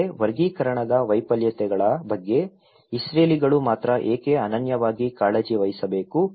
ಆದರೆ ವರ್ಗೀಕರಣ ವೈಪರೀತ್ಯಗಳ ಬಗ್ಗೆ ಇಸ್ರೇಲಿಗಳು ಮಾತ್ರ ಏಕೆ ಅನನ್ಯವಾಗಿ ಕಾಳಜಿ ವಹಿಸಬೇಕು